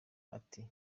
ati